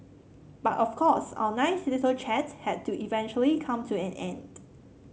but of course our nice little chat had to eventually come to an end